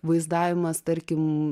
vaizdavimas tarkim